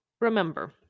remember